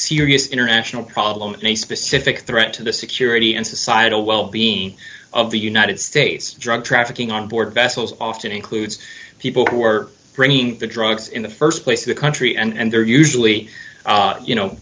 serious international problem and a specific threat to the security and societal wellbeing of the united states drug trafficking onboard vessels often includes people who are bringing the drugs in the st place in the country and they're usually you know